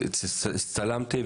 הצטלמתי,